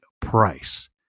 price